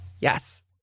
yes